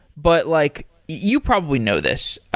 but like you probably know this.